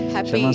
Happy